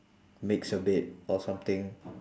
makes your bed or something